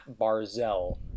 Barzell